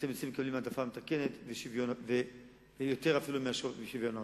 אתם אצלי מקבלים העדפה מתקנת ויותר אפילו מהשוויון הרגיל.